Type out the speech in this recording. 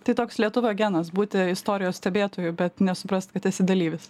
tai toks lietuvio genas būti istorijos stebėtoju bet nesuprast kad esi dalyvis